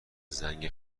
زنگ